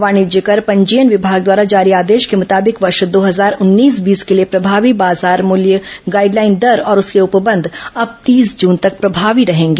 वाणिज्य केर पंजीयन विभाग द्वारा जारी आदेश के मुताबिक वर्ष दो हजार उन्नीस बीस के लिए प्रभावी बाजार मूल्य गाइडलाइन दर और उसके उपबंध अब तीस जून तक प्रभावी रहेंगे